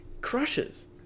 crushes